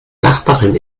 nachbarin